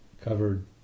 covered